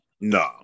No